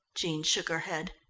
jean shook her head.